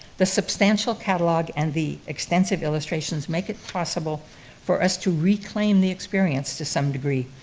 the substantial catalogue and the extensive illustrations make it possible for us to reclaim the experience to some degree.